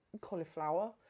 cauliflower